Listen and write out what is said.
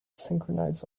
synchronize